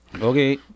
Okay